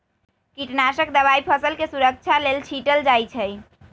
कीटनाशक दवाई फसलके सुरक्षा लेल छीटल जाइ छै